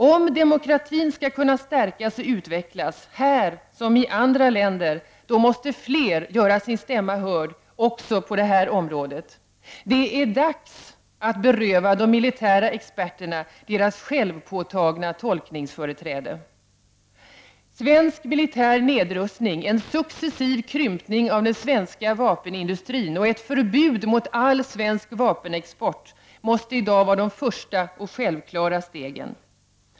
Om demokratin skall kunna stärkas och utvecklas här som i andra länder, måste fler göra sin stämma hörd också på det här området. Det är dags att beröva de militära experterna deras självpåtagna tolkningsföreträde. Svensk militär nedrustning, en successiv krympning av den svenska vapenindustrin och ett förbud mot all svensk vapenexport måste i dag vara de första och självklara stegen.